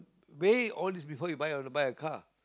weigh all this before you want to you buy a car